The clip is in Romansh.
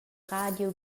radio